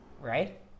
right